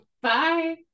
Bye